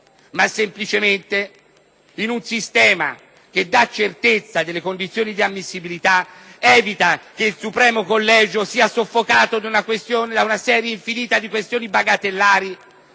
ma, semplicemente, in un sistema che dà certezza delle condizioni di ammissibilità, si evita che il Supremo collegio sia soffocato da una serie infinita di questioni bagatellari,